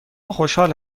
خوشحال